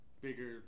bigger